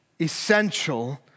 essential